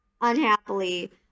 unhappily